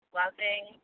loving